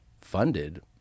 funded